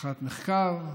רח"ט מחקר,